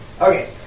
Okay